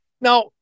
Now